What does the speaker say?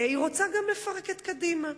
היא רוצה גם לפרק את קדימה.